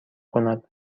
کند